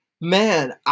man